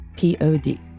Pod